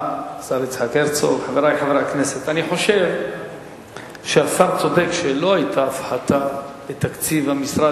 חבר הכנסת טלב אלסאנע,